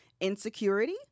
insecurity